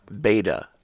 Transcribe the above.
Beta